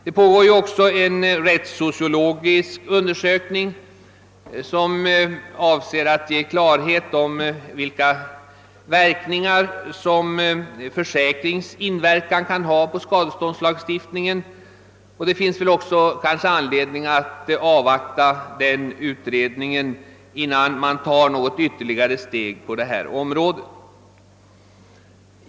Det pågår också en rättssociologisk undersökning, som avser att ge klarhet om vilka verkningar som en försäkring kan ha på skadeståndslagstiftningen, och det finns också anledning att avvakta denna utredning, innan man tar något ytterligare steg på detta område.